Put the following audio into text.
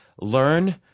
learn